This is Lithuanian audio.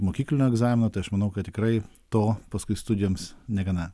mokyklinio egzamino tai aš manau kad tikrai to paskui studijoms negana